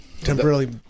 temporarily